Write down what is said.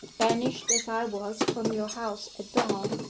banished as i was from your house at dawn,